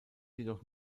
jedoch